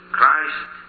Christ